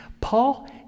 Paul